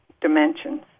dimensions